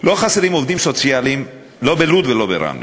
לא חסרים עובדים סוציאליים, לא בלוד ולא ברמלה.